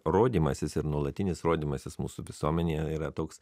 rodymasis ir nuolatinis rodymasis mūsų visuomenėj yra toks